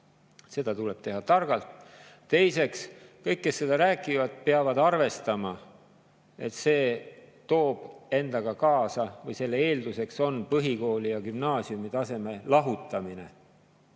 Seda tuleb teha targalt. Teiseks, kõik, kes seda räägivad, peavad arvestama, et see toob endaga kaasa või selle eelduseks on põhikooli- ja gümnaasiumitaseme lahutamine.